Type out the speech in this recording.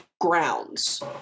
grounds